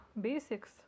basics